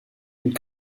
and